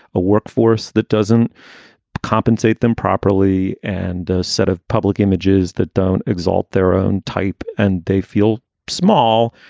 a workforce that doesn't compensate them properly and a set of public images that don't exalt their own type and they feel small.